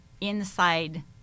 inside